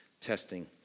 testing